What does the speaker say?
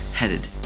headed